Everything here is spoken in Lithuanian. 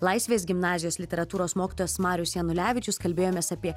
laisvės gimnazijos literatūros mokytojas marius janulevičius kalbėjomės apie